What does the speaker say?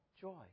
joy